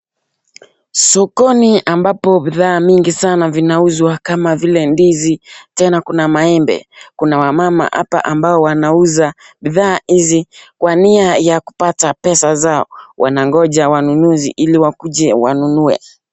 Sokoni ambapo bidhaa mingi sana zinauzwa kama vile ndizi tena kuna maembe kuna wamama apa ambao wanauza bidhaa hizi kwa nia ya kupata pesa zao wangoja wanunuzi ili wakuje wanunue.